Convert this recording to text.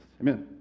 Amen